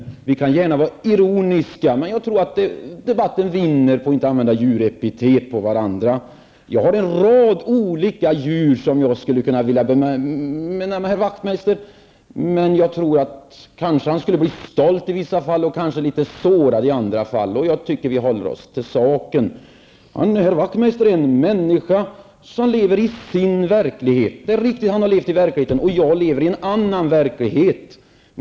Vi kan gärna vara ironiska, men jag tror att debatten vinner på att vi inte sätter djurepitet på varandra. Jag vet en rad olika djur som jag skulle kunna ta till för att benämna herr Wachtmeister. Han skulle kanske bli stolt i vissa fall och kanske litet sårad i andra fall. Jag tycker att vi skall hålla oss till saken. Herr Wachtmeister är en människa som lever i sin verklighet -- det är riktigt -- och jag lever i en annan verklighet.